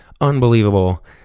Unbelievable